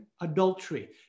adultery